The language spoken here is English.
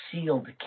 sealed